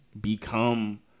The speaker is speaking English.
become